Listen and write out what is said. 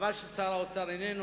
חבל ששר האוצר איננו,